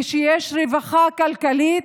כשיש רווחה כלכלית,